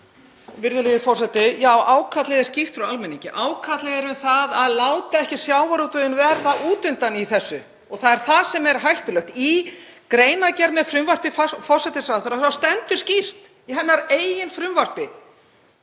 Virðulegi forseti. Já, ákallið er skýrt frá almenningi. Ákallið er um það að láta ekki sjávarútveginn verða út undan í þessu. Það er það sem er hættulegt. Í greinargerð með frumvarpi forsætisráðherra stendur skýrt, í hennar eigin frumvarpi: